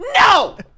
No